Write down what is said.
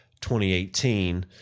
2018